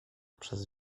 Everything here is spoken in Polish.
przez